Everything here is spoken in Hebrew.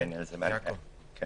אני